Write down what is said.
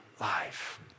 life